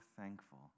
thankful